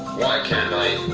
why can't i?